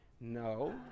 No